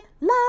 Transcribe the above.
love